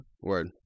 Word